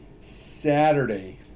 Saturday